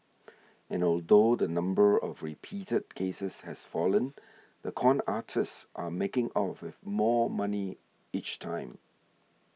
and although the number of reported cases has fallen the con artists are making off with more money each time